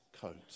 coat